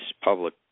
public